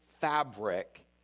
fabric